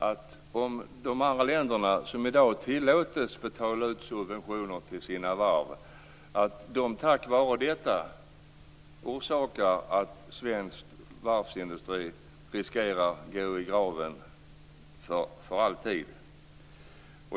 Andra länder tillåts i dag betala ut subventioner till sina varv. På grund av detta riskerar svensk varvsindustri att gå i graven för alltid.